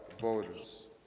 voters